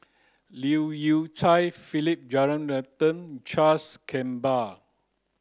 Leu Yew Chye Philip Jeyaretnam Charles Gamba